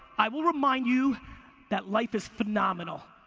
i will remind you that life is phenomenal.